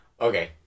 okay